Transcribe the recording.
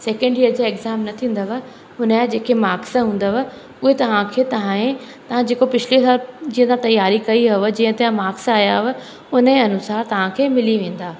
second year जा exam न थींदव उन जा जेके माक्स हूंदव उहे तव्हांखे तव्हांखे तव्हां जेको पिछले सालु जीअं तव्हां तयारी कई अथव जीअं तव्हांजा माक्स आयव उन जे अनुसार तव्हांखे मिली वेंदा